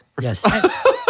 yes